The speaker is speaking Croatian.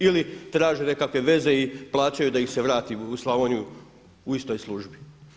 Ili traže nekakve veze i plaćaju da ih se vrati u Slavoniju u istoj službi.